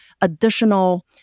additional